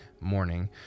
morning